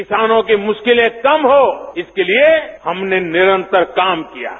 किसानों की मुश्किलें कम हों इसके लिये हमने निरंतर काम किया है